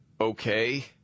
Okay